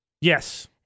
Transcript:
Yes